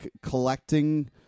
collecting